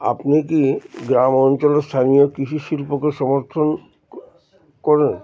আপনি কি গ্রাম অঞ্চলের স্থানীয় কৃষি শিল্পকে সমর্থন করেন